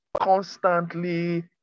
Constantly